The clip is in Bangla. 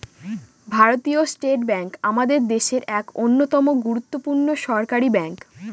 ভারতীয় স্টেট ব্যাঙ্ক আমাদের দেশের এক অন্যতম গুরুত্বপূর্ণ সরকারি ব্যাঙ্ক